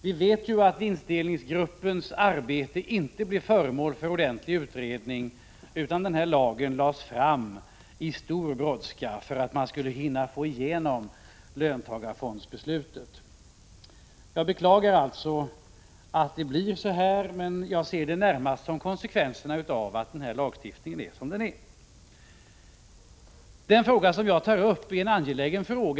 Vi vet att vinstdelningsgruppens arbete inte blev föremål för ordentlig utredning, utan lagförslaget lades fram i stor brådska för att man hade så bråttom att få igenom löntagarfondsbeslutet. Jag beklagar alltså att det blivit så här, men jag ser det närmast som konsekvensen av att lagstiftningen är som den är. Den fråga som jag tagit upp är en angelägen fråga.